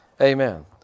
Amen